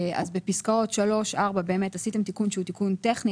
בפסקאות (3) ו-(4) עשיתם תיקון טכני,